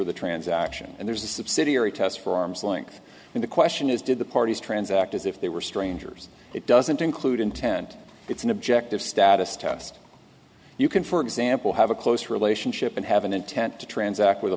of the transaction and there's a subsidiary test for arm's length and the question is did the parties transact as if they were strangers it doesn't include intent it's an objective status test you can for example have a close relationship and have an intent to transact with a